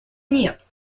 нет